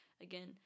again